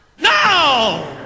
No